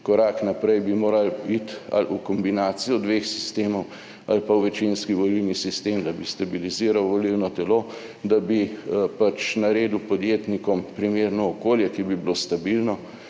korak naprej bi morali iti ali v kombinacijo dveh sistemov ali pa v večinski volilni sistem, da bi stabiliziral volilno telo, da bi pač naredil podjetnikom primerno okolje, ki bi bilo stabilno